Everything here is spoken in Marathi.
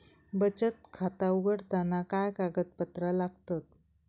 बचत खाता उघडताना काय कागदपत्रा लागतत?